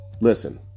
Listen